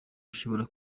bishobora